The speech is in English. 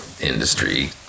industry